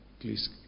please